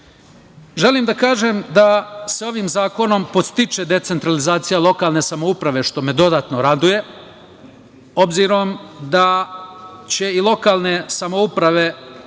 da kažem da se ovim zakonom podstiče decentralizacija lokalne samouprave, što me dodatno raduje, obzirom da će i lokalne samouprave